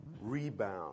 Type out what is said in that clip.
Rebound